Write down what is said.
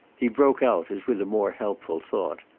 he broke out as with a more helpful thought.